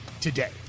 today